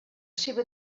seva